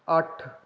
ਅੱਠ